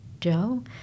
Joe